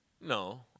No